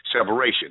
separation